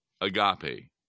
agape